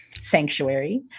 sanctuary